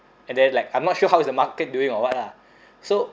and then like I'm not sure how is the market doing or what lah so